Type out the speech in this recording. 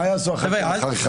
מה יעשו הח"כים אחריך?